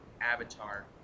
Avatar